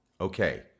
Okay